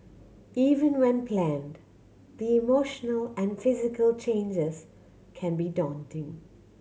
even when planned the emotional and physical changes can be daunting